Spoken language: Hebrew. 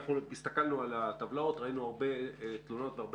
אנחנו הסתכלנו על הטבלאות וראינו הרבה תלונות והרבה